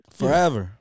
Forever